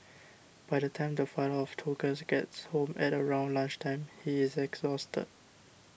by the time the father of two girls gets home at around lunch time he is exhausted